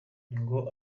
ngo